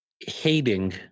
hating